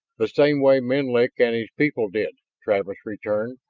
the same way menlik and his people did, travis returned.